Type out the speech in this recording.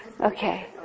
Okay